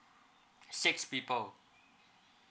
six people